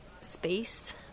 space